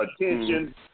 attention